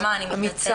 --- נשמה, אני מתנצלת.